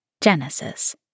Genesis